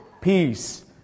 peace